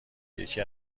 یکی